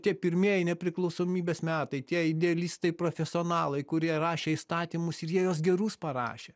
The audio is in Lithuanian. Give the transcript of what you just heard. tie pirmieji nepriklausomybės metai tie idealistai profesionalai kurie rašė įstatymus ir jie juos gerus parašė